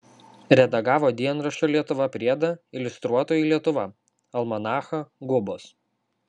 redagavo dienraščio lietuva priedą iliustruotoji lietuva almanachą gubos